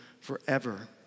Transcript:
forever